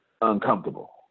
uncomfortable